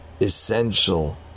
essential